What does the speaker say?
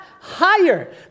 higher